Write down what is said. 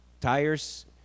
Tires